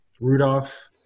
Rudolph